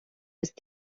ist